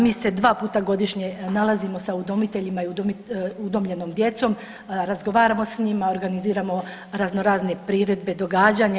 Mi se dva puta godišnje nalazimo sa udomiteljima i udomljenom djecom, razgovaramo s njima, organiziramo razno razne priredbe i događanja.